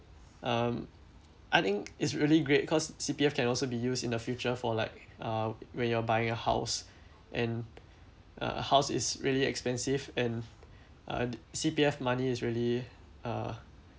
um I think it's really great cause C_P_F can also be used in the future for like uh when you're buying a house and a house is really expensive and uh C_P_F money is really uh